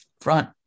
front